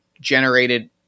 generated